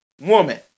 woman